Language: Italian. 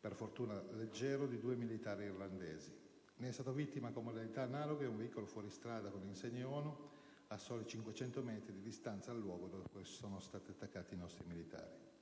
per fortuna, in modo leggero di 2 militari irlandesi. Ne è stato vittima, con modalità analoghe, un veicolo fuoristrada con insegne ONU a circa soli 500 metri di distanza dal luogo nel quale sono stati attaccati i nostri militari.